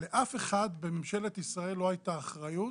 לאף אחד בממשלת ישראל לא הייתה אחריות